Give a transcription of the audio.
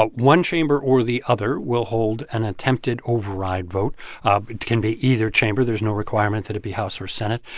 ah one chamber or the other will hold an attempted override vote. it can be either chamber. there's no requirement that it be house or senate.